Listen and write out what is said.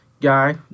guy